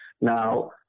now